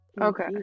Okay